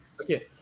Okay